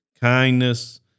kindness